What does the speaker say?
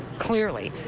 clearly.